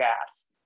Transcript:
gas